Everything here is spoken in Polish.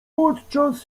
podczas